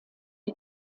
die